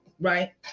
right